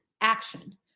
action